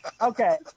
Okay